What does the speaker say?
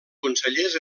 consellers